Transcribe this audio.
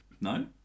No